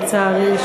לצערי,